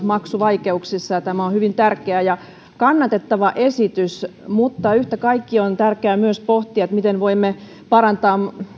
maksuvaikeuksissa ja tämä on hyvin tärkeä ja kannatettava esitys mutta yhtä kaikki on tärkeää myös pohtia miten voimme parantaa